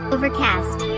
Overcast